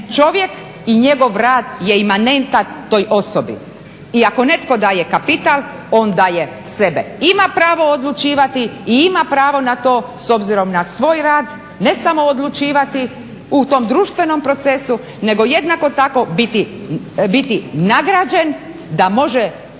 čovjek i njegov rad je imanentna toj osobi. Iako netko daje kapital on daje sebe. Ima pravo odlučivati i ima pravo na to s obzirom na svoj rad, ne samo odlučivati u tom društvenom procesu nego jednako tako biti nagrađen da može